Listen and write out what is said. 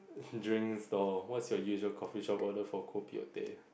drinks stall what's your usual coffee shop order for kopi or teh